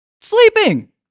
Sleeping